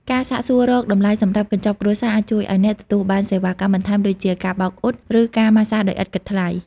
ការសាកសួររកតម្លៃសម្រាប់ "កញ្ចប់គ្រួសារ"អាចជួយឱ្យអ្នកទទួលបានសេវាកម្មបន្ថែមដូចជា ការបោកអ៊ុត ឬការម៉ាស្សាដោយឥតគិតថ្លៃ។